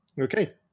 Okay